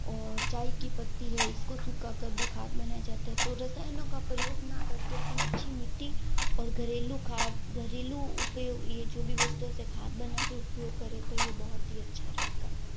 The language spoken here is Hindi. और चाय की पत्ती है इसको सुखाकर भी खात बनाया जाता है तो रसायनों का प्रयोग ना करके अपन अच्छी मिट्टी और घरेलू खाद घरेलू उपयोग ये जो भी वस्तओं से खाद बनाकर उपयोग करें तो ये बहुत ही अच्छा रहेगा